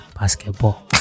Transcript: basketball